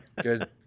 good